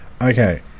Okay